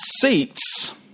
seats